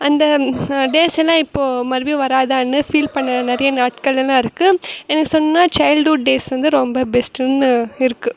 அந்த டேஸ் எல்லாம் இப்போது மறுபடியும் வராதான்னு ஃபீல் பண்ண நிறைய நாட்கள் எல்லாம் இருக்குது எனக்கு சொன்னால் சைல்ட்வுட் டேஸ் வந்து ரொம்ப பெஸ்ட்டுன்னு இருக்குது